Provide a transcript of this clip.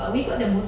mm